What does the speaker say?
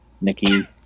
Nikki